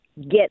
get